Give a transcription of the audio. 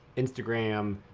instagram,